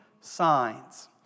signs